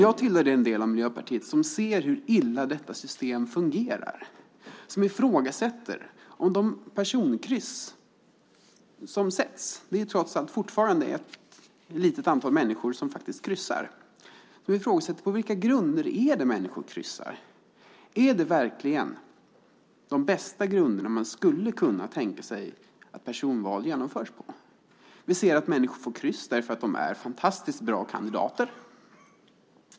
Jag tillhör den del av Miljöpartiet som ser hur illa detta system fungerar och som ifrågasätter de personkryss som sätts. Det är trots allt fortfarande ett litet antal människor som faktiskt kryssar. Men på vilka grunder är det som människor kryssar? Är det verkligen de bästa grunder man skulle kunna tänka sig som personval genomförs på? Vi ser att människor får kryss därför att de är fantastiskt bra kandidater.